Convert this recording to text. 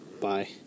Bye